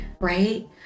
Right